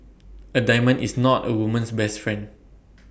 A diamond is not A woman's best friend